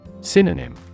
Synonym